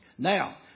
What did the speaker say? Now